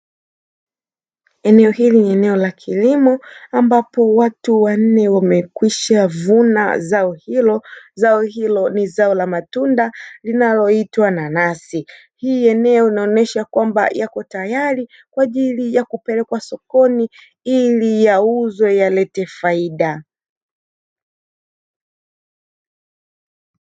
Eneo hili ni eneo la kilimo, ambapo watu wanne wamekwisha vuna zao hilo. Zao hilo ni zao la matunda linaloitwa nanasi. Hili eneo linaonyesha kwamba yako tayari kwa ajili ya kupelekwa sokoni ili yauzwe yalete faida.